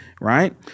right